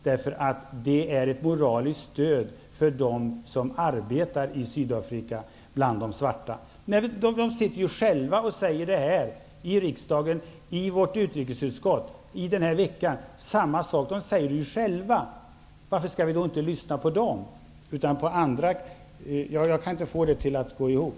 De är ett moraliskt stöd för dem som arbetar i Sydafrika bland de svarta. De har själva här i riksdagen denna vecka, i vårt utrikesutskott, suttit och sagt samma sak. Varför skall vi inte lyssna på dem utan på andra? Jag kan inte få det att gå ihop.